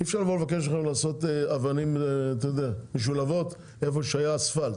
אי אפשר לבוא ולבקש מכם לעשות אבנים משולבות איפה שהיה אספלט,